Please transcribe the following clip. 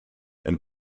and